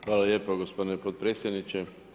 Hvala lijepo gospodine potpredsjedniče.